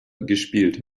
gespielt